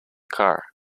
car